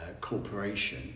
corporation